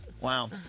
Wow